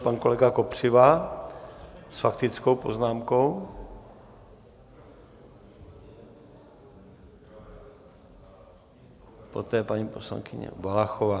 Pan kolega Kopřiva s faktickou poznámkou, poté paní poslankyně Valachová.